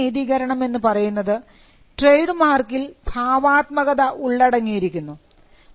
ഒന്നാമത്തെ നീതീകരണം എന്നുപറയുന്നത് ട്രേഡ് മാർക്കിൽ ഭാവാത്മകത ഉള്ളടങ്ങിയിരിക്കുന്നു